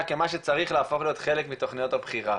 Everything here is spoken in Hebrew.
כמה שצריך להפוך להיות חלק מתוכניות הבחירה.